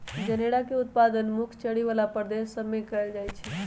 जनेरा के उत्पादन मुख्य चरी बला प्रदेश सभ में कएल जाइ छइ